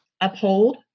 uphold